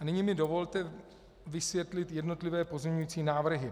A nyní mi dovolte vysvětlit jednotlivé pozměňující návrhy.